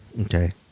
Okay